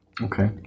Okay